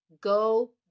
Go